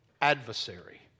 adversary